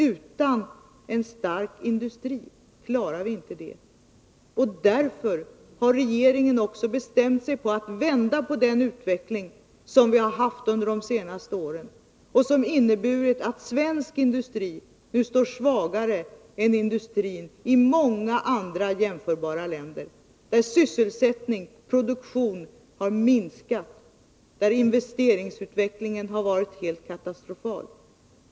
Utan en stark industri klarar vi inte detta, och därför har regeringen också bestämt sig för att vända på den utveckling som vi har haft under de senaste åren och som inneburit att den svenska industrin nu står svagare än i många andra jämförbara länder där sysselsättning och produktion har minskat och där investeringsutvecklingen har varit helt katastrofal.